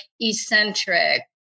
eccentric